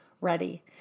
ready